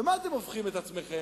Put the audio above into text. ולמה אתם הופכים את עצמכם?